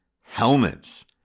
helmets